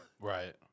Right